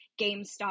GameStop